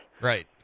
Right